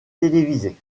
télévisés